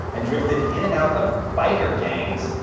and drifted in and out of biker gangs,